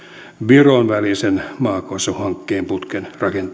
viron välisen maakaasuhankkeen putken